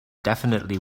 definitely